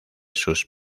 sus